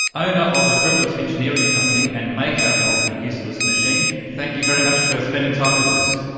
owner of the frivolous engineering company and maker of the useless machine, thank you very much for spending time with us.